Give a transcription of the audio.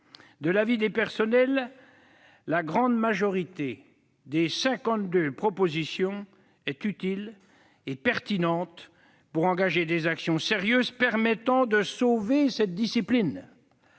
De l'avis des personnels, la grande majorité des 52 propositions est utile et pertinente pour engager des actions sérieuses permettant de sauver cette discipline,